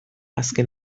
azken